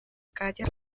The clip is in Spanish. calle